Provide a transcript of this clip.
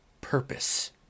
purpose